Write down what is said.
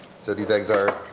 so these eggs are a